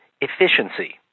efficiency